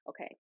Okay